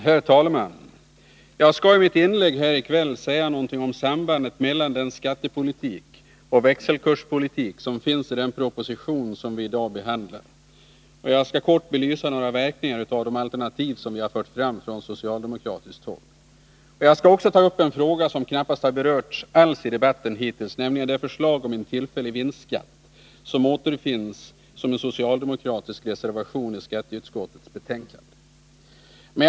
Herr talman! Jag skall i mitt inlägg här i kväll säga något om sambandet mellan den skattepolitik och växelkurspolitik som berörs i den proposition vi nu behandlar. Jag skall kortfattat belysa några verkningar av de alternativ som vi från socialdemokratiskt håll har fört fram. Vidare skall jag ta upp en fråga som hittills knappast alls har berörts i debatten, nämligen det förslag om en tillfällig vinstskatt som återfinns som en socialdemokratisk reservation iskatteutskottets betänkande.